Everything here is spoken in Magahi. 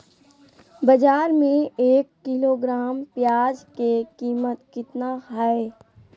बाजार में एक किलोग्राम प्याज के कीमत कितना हाय?